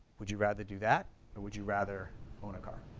would you rather do that? or would you rather own a car?